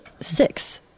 six